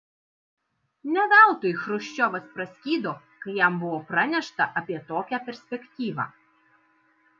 ne veltui chruščiovas praskydo kai jam buvo pranešta apie tokią perspektyvą